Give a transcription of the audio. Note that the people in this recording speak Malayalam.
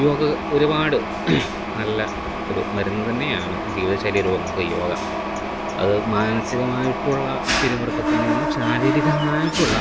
യോഗ ഒരുപാട് നല്ല ഒരു മരുന്ന് തന്നെയാണ് ജീവിതശൈലി രോഗങ്ങള്ക്ക് യോഗ അത് മാനസികമായിട്ടുള്ള പിരിമുറുക്കത്തില്നിന്നും ശാരീരികമായിട്ടുള്ള